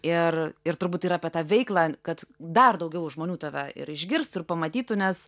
ir ir turbūt ir apie tą veiklą kad dar daugiau žmonių tave ir išgirstų ir pamatytų nes